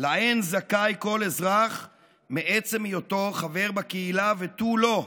שלהן זכאי כל אזרח מעצם היותו חבר בקהילה ותו לא.